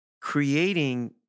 creating